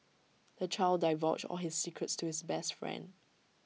the child divulged all his secrets to his best friend